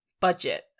budget